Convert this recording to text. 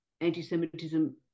anti-Semitism